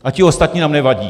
A ti ostatní nám nevadí.